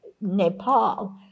Nepal